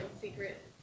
secret